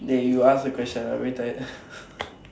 dey you ask a question lah I very tired